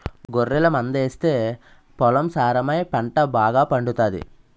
గొర్రెల మందాస్తే పొలం సారమై పంట బాగాపండుతాది